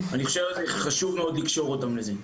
אני חושב שחשוב מאוד לקשור אותם לזה.